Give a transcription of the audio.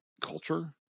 culture